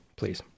please